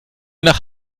nach